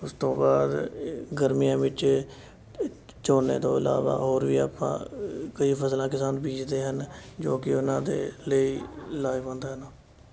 ਉਸ ਤੋਂ ਬਾਅਦ ਅ ਗਰਮੀਆਂ ਵਿੱਚ ਅ ਝੋਨੇ ਤੋਂ ਇਲਾਵਾ ਹੋਰ ਵੀ ਆਪਾਂ ਅ ਕਈ ਫਸਲਾਂ ਕਿਸਾਨ ਬੀਜਦੇ ਹਨ ਜੋ ਕਿ ਉਹਨਾਂ ਦੇ ਲਈ ਲਾਹੇਵੰਦ ਹਨ